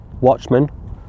Watchmen